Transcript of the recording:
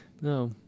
No